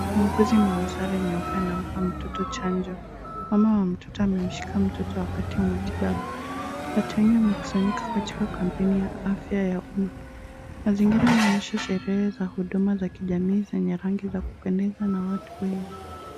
Muuguzi mwenye sare nyeupe anampa mtoto chanjo. Mama wa mtoto, amemshika mtoto wakati wa matibabu. Watu wengi wamekusanyika katika kampeni ya afya ya uma. Mazingira yanaonyesha sherehe za huduma za kijamii zenye rangi ya kupendeza na watu wengi.